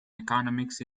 economics